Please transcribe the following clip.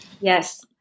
Yes